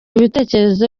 ibitekerezo